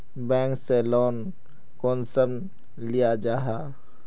Bank से loan कुंसम लिया जाहा?